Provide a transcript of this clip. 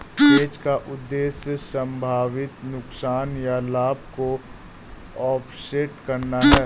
hedge का उद्देश्य संभावित नुकसान या लाभ को ऑफसेट करना है